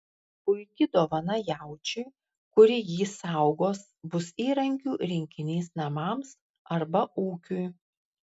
puiki dovana jaučiui kuri jį saugos bus įrankių rinkinys namams arba ūkiui